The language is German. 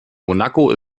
monaco